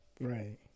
right